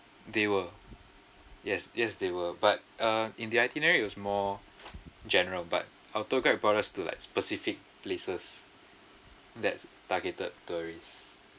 they were yes yes they were but uh in their itinerary it was more general but our tour guide brought us to like specific places that's targeted tourists